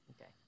Okay